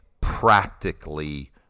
practically